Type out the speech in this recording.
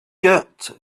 get